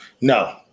No